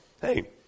hey